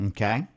Okay